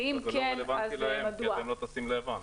ואם כן -- זה לא רלוונטי להם כי הם לא טסים ליוון,